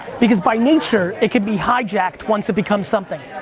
because by nature, it can be hijacked once it becomes something.